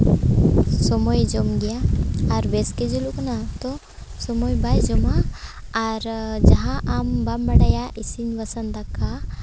ᱥᱚᱢᱚᱭᱮ ᱡᱚᱢ ᱜᱮᱭ ᱟᱨ ᱵᱮᱥ ᱜᱮ ᱡᱩᱞᱩᱜ ᱠᱟᱱᱟ ᱛᱚ ᱥᱚᱢᱚᱭ ᱵᱟᱭ ᱡᱚᱢᱟ ᱟᱨ ᱡᱟᱦᱟᱸ ᱟᱢ ᱵᱟᱢ ᱵᱟᱰᱟᱭᱟ ᱤᱥᱤᱱ ᱵᱟᱥᱟᱝ ᱫᱟᱠᱟ